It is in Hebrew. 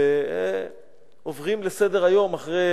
ועוברים לסדר-היום אחרי